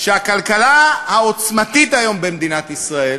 שהכלכלה העוצמתית היום במדינת ישראל